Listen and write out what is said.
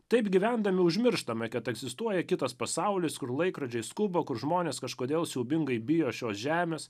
taip gyvendami užmirštame kad egzistuoja kitas pasaulis kur laikrodžiai skuba kur žmonės kažkodėl siaubingai bijo šios žemės